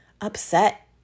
upset